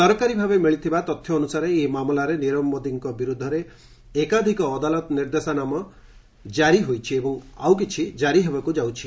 ସରକାରୀ ଭାବେ ମିଳିଥିବା ତଥ୍ୟ ଅନୁସାରେ ଏହି ମାମଲାରେ ନିରବ ମୋଦିଙ୍କ ବିରୋଧରେ ଏକାଧିକ ଅଦାଲତ ନିର୍ଦ୍ଦେଶନାମା କାରି ହୋଇଛି ଏବଂ ଆଉ କିଛି କାରି ହେବାକୁ ଯାଉଛି